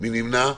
מי נמנע?